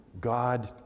God